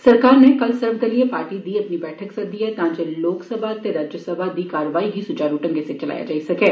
सरकार नै कल सर्वदलिय पार्टीएं दी बैठक सद्दी ऐ तां जे लोक सभा ते राजय सभा दी कारवाई गी सुचारु ढंगै सिर चलाया जाई सकै